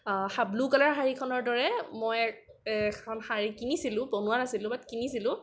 শা blue colour শাড়ীখনৰ দৰে মই এখন শাড়ী কিনিছিলোঁ বনোৱা নাছিলোঁ বাট কিনিছিলোঁ